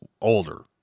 older